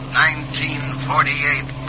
1948